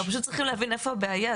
אנחנו צריכים להבין איפה הבעיה.